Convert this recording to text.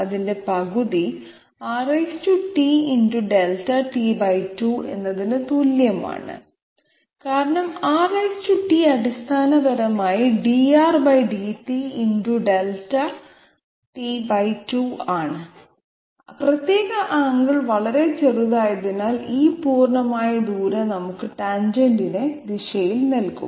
അതിന്റെ പകുതി Rt × ∆t2 ന് തുല്യമാണ് കാരണം Rt അടിസ്ഥാനപരമായി drdt ×∆t2 ആണ് പ്രത്യേക ആംഗിൾ വളരെ ചെറുതായതിനാൽ ഈ പൂർണ്ണമായ ദൂരം നമുക്ക് ടാൻജെന്റിന്റെ ദിശയിൽ നൽകും